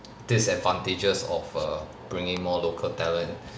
disadvantages of err bringing more local talent